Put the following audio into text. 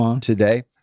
today